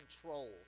control